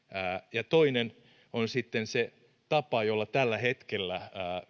toinen on sitten se tapa jolla tällä hetkellä